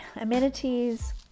amenities